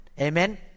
Amen